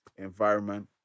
Environment